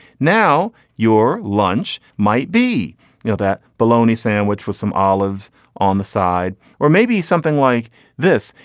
now your lunch might be you know that baloney sandwich with some olives on the side or maybe something like this.